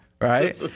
right